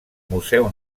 museu